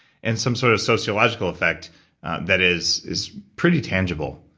and some sort of sociological effect that is is pretty tangible.